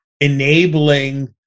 enabling